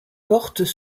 portent